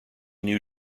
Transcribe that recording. new